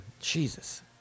Jesus